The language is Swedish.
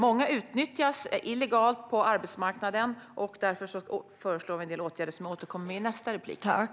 Många utnyttjas illegalt på arbetsmarknaden. Därför föreslår vi en del åtgärder, vilket jag återkommer om i mitt nästa inlägg.